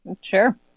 Sure